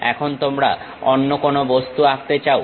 এখন তোমরা অন্য কোনো বস্তু আঁকতে চাও